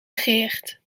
begeerd